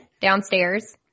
downstairs